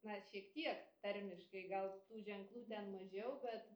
na šiek tiek tarmiškai gal tų ženklų ten mažiau bet